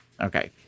Okay